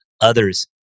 others